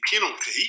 penalty